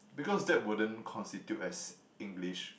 because that wouldn't constitute as English